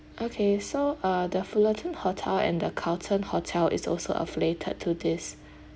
okay so uh the fullerton hotel and the carlton hotel is also affiliated to this